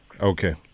Okay